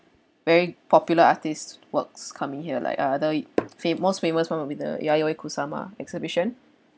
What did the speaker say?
very popular artist's works coming here like other it fa~ most famous one will be the yayoi kusama exhibition